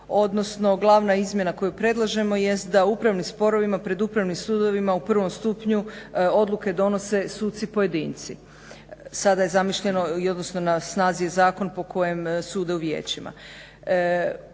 odnosno glavna izmjena koju predlažemo jest da upravnim sporovima pred upravnim sudovima u prvom stupnju odluke donose suci pojedinci. Sada je zamišljeno i odnosno na snazi zakon po kojem sude u vijećima.